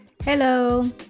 Hello